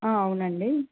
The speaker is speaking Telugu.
ఆ అవునండి